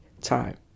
time